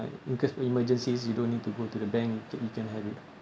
because emergencies you don't need to go to the bank you you can have it